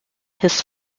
his